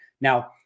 Now